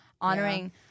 honoring